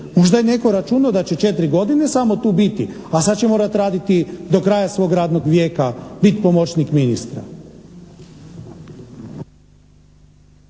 Možda je netko računao da će četiri godine samo tu biti, a sad će morati raditi do kraja svog radnog vijeka, bit pomoćnik ministra.